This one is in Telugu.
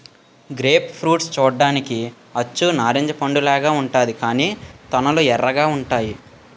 గ్రేప్ ఫ్రూట్ చూడ్డానికి అచ్చు నారింజ పండులాగా ఉంతాది కాని తొనలు ఎర్రగా ఉంతాయి